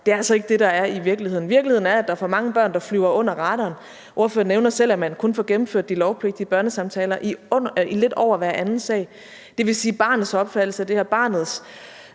ej, er altså ikke det, der er virkeligheden. Virkeligheden er, at der er for mange børn, der flyver under radaren – ordføreren nævner selv, at man kun får gennemført de lovpligtige børnesamtaler i lidt over hver anden sag – og det vil jo sige, at barnets opfattelse af det her, barnets